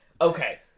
Okay